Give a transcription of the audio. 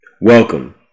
Welcome